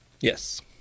yes